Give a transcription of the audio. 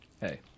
Hey